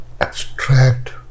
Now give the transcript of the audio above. abstract